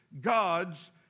God's